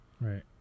Right